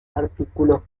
artículos